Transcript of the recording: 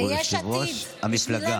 הוא יושב-ראש המפלגה.